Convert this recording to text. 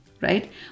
right